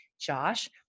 Josh